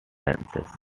dances